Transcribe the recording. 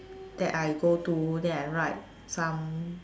that I go to then I write some